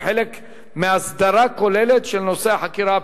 כחלק מהסדרה כוללת של נושא החקירה הפנימית.